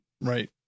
right